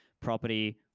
property